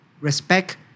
respect